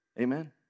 Amen